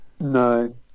no